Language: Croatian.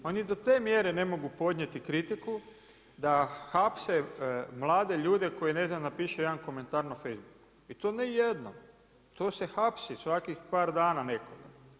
A ni do te mjere ne mogu podnijeti kritiku da hapse mlade ljudi koji napišu jedan komentar na facebooku, i to ne jednom, to se hapsi svakih par dana nekoga.